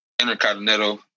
Intercontinental